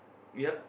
yup